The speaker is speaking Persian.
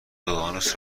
اقیانوس